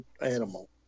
animal